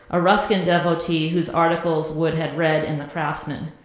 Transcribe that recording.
a ruskin devotee whose articles wood had read in the craftsman.